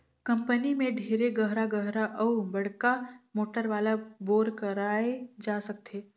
company में ढेरे गहरा गहरा अउ बड़का मोटर वाला बोर कराए जा सकथे